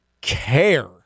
care